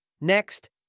Next